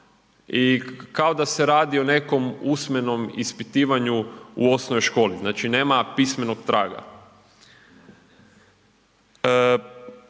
i kao da se radi o nekom usmenom ispitivanju u osnovnoj školi. Znači nema pismenog traga.